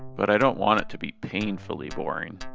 but i don't want it to be painfully boring.